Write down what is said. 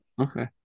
Okay